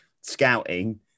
scouting